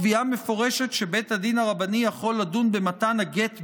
קביעה מפורשת שבית הדין הרבני יכול לדון במתן הגט בלבד,